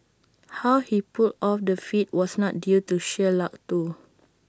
how he pulled off the feat was not due to sheer luck though